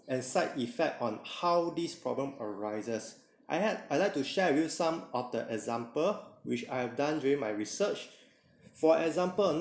and side effect on how this problem arises I had I like to share with you some of the example which I have done during my research for example